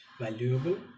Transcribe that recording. valuable